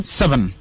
seven